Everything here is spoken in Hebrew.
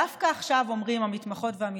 דווקא עכשיו אומרים המתמחות והמתמחים: